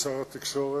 שר התקשורת,